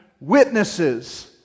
witnesses